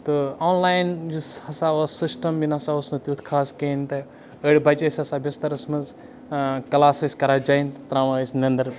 تہٕ آنلاین یُس ہَسا اوس سِسٹَم یہِ نہ سا اوس نہٕ تیُتھ خاص کِہیٖنۍ تہِ أڑۍ بَچہِ ٲسۍ آسان بِستَرَس منٛز کَلاس ٲسۍ کَران جاین ترٛاوان ٲسۍ نِندٕر